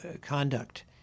conduct